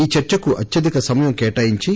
ఈ చర్చకు అత్యధిక సమయం కేటాయించి